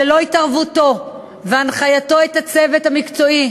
שללא התערבותו והנחייתו את הצוות המקצועי